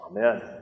amen